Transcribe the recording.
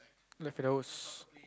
like those